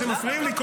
והתשובה היא מאוד